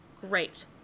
Great